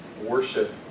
worship